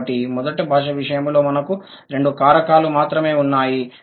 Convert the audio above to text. కాబట్టి మొదటి భాష విషయంలో మనకు రెండు కారకాలు మాత్రమే ఉన్నాయి